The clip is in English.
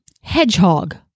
hedgehog